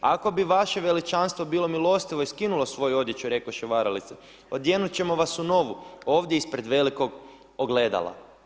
Ako bi vaše veličanstvo bilo milostivo i skinulo svoju odjeću, rekoše varalice, odjenut ćemo vas u novu ovdje ispred velikog ogledala.